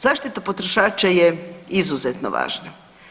Zaštita potrošača je izuzetno važna.